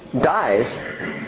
dies